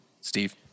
Steve